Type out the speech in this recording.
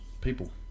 people